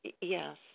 Yes